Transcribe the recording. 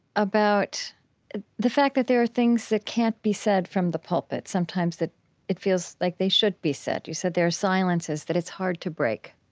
about the fact that there are things that can't be said from the pulpit. sometimes it feels like they should be said. you said there are silences, that it's hard to break.